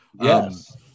Yes